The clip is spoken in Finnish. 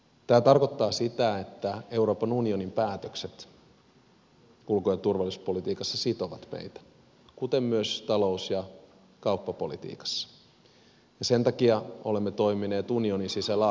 tämä tarkoittaa sitä että euroopan unionin päätökset ulko ja turvallisuuspolitiikassa sitovat meitä kuten myös talous ja kauppapolitiikassa ja sen takia olemme toimineet unionin sisällä aktiivisesti